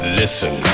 listen